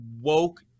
woke